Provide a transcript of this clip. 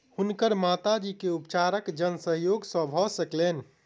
हुनकर माता जी के उपचार जन सहयोग से भ सकलैन